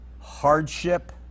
hardship